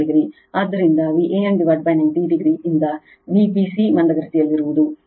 ಆದ್ದರಿಂದ Van90 o ರಿಂದ Vbc ಮಂದಗತಿಯಲ್ಲಿರುವುದು ಈ ಕೋನವು 90 o